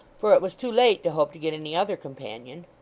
for it was too late to hope to get any other companion.